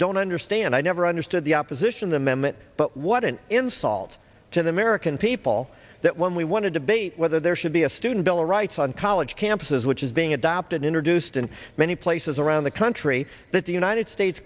don't understand i never understood the opposition the memmott but what an insult to the american people that when we want to debate whether there should be a student bill of rights on college campuses which is being adopted introduced in many places around the country that the united states